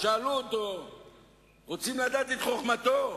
אבל מאחר שאנחנו כבר מתנהלים לפי התקציב הזה,